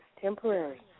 temporary